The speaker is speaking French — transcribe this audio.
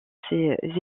ces